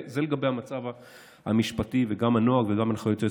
זה לגבי המצב המשפטי, וגם הנוהג וגם הנחיות היועץ